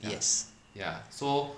yes